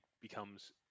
becomes